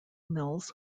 mills